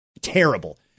terrible